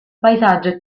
paesaggio